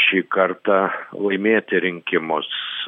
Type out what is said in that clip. šį kartą laimėti rinkimus